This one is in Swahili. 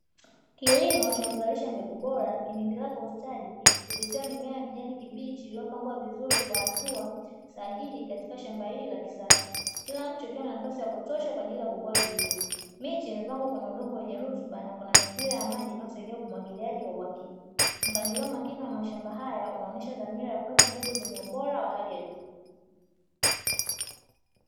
Kilimo cha kuzalisha mbegu bora kinaendelea kwa ustadi kupitia mimea ya kijani kibichi iliyopangwa vizuri kwa hatua sahihi katika shamba hili la kisasa. Kila mche ukiwa na nafasi ya kutosha miche kwa ajili ya kukua vizuri. Miche imepangwa kwenye udongo wenye rutuba kuna mipira ya maji inayosaidia umwagiliaji wa uhakika. Mpangilio wa makini wa mashamba haya unaonyesha dhamira ya kupata mbegu zenye ubora wa hali ya juu.